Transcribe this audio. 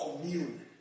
commune